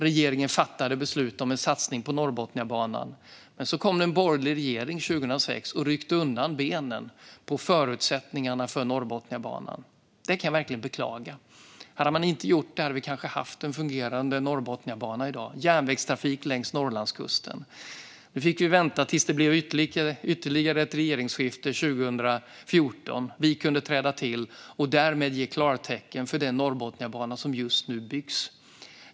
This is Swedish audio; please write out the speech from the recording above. Regeringen fattade beslut om en satsning på Norrbotniabanan. Men så kom det en borgerlig regering 2006 och slog undan benen på förutsättningarna för Norrbotniabanan. Det kan jag verkligen beklaga. Hade man inte gjort det hade vi kanske haft en fungerande Norrbotniabana i dag med järnvägstrafik längs Norrlandskusten. Nu fick vi vänta tills det blev ytterligare ett regeringsskifte 2014, då vi kunde träda till och därmed ge klartecken för Norrbotniabanan, som just nu byggs.